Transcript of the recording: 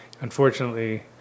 unfortunately